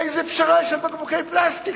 איזה פשרה יש על בקבוקי פלסטיק,